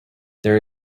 there